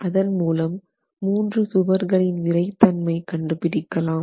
அதன் மூலம் மூன்று சுவர்களின் விறைத்தன்மை கண்டுபிடிக்கலாம்